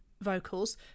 vocals